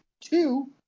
Two